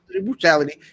brutality